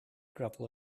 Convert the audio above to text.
gravel